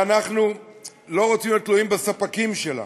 אנחנו לא רוצים להיות תלויים בספקים שלהם,